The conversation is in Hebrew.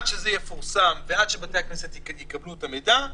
עד שזה יפורסם ועד שבתי הכנסת יקבלו את המידע,